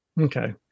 Okay